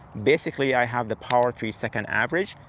basically i have the power, three-second average,